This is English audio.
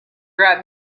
right